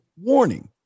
warning